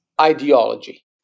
ideology